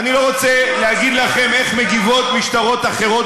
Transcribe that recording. אני לא רוצה להגיד לכם איך מגיבות משטרות אחרות